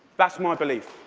that's my belief.